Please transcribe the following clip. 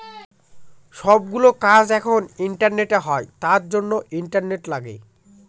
সব গুলো কাজ এখন ইন্টারনেটে হয় তার জন্য ইন্টারনেট লাগে